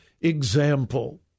example